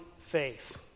faith